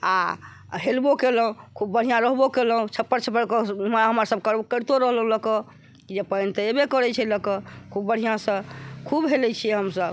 आ हेलबो केलहुॅं खूब बढ़िऑं रहबो कएलहुॅं छप्पर छप्पर हमरा सभ करितो रहलहुॅं लऽ कऽ कि पानि तऽ अयबै करै छै लऽ कऽ खूब बढ़िऑंसँ खूब हेलय छी हम सभ